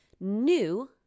new